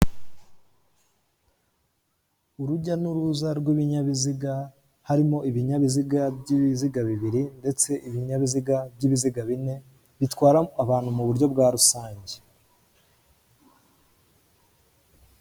Urujya n'uruza rw'ibinyabiziga harimo ibinyabiziga by'ibiziga bibiri ndetse ibinyabiziga by'ibiziga bine bitwara abantu mu buryo bwa rusange.